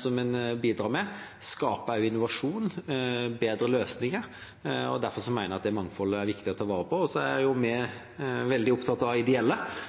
som en bidrar med, også skaper innovasjon og bedre løsninger. Derfor mener jeg at det mangfoldet er viktig å ta vare på. Så er jo vi veldig opptatt av de ideelle,